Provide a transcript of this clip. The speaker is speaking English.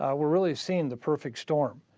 ah we're really seeing the perfect storm.